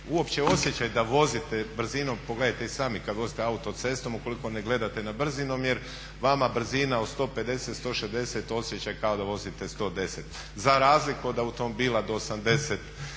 uopće osjećaj da vozite brzinom, pogledajte i sami kad vozite autocestom ukoliko ne gledate na brzinomjer vama brzina od 150, 160 osjećaj je kao da vozite 110 za razliku od automobila do 100